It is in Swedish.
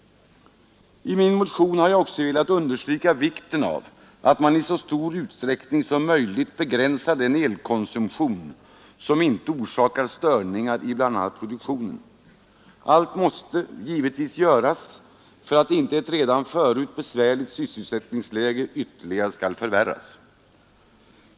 I min motion har jag också velat understryka vikten av att man i så stor utsträckning som möjligt begränsar elkonsumtionen där det inte orsakar störningar i bl.a. produktionen. Allt måste givetvis göras för att inte ett redan förut besvärligt sysselsättningsläge ytterligare skall förvärras.